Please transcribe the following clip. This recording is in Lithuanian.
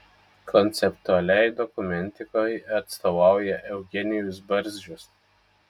konceptualiai dokumentikai atstovauja eugenijus barzdžius